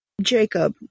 Jacob